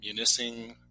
Munising